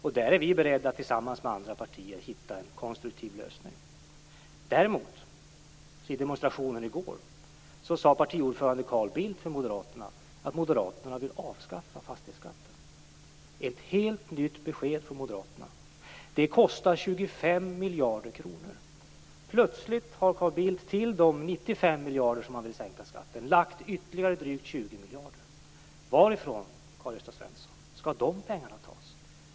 Vi är beredda att tillsammans med andra partier hitta en konstruktiv lösning. Carl Bildt att Moderaterna vill avskaffa fastighetsskatten. Det är ett helt nytt besked från Moderaterna. Det kostar 25 miljarder kronor. Plötsligt har Carl Bildt till de 95 miljarder han redan vill sänka skatten med lagt ytterligare drygt 20 miljarder. Varifrån, Karl-Gösta Svenson, skall de pengarna tas?